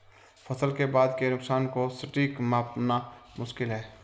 फसल के बाद के नुकसान को सटीक मापना मुश्किल है